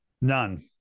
None